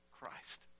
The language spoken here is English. Christ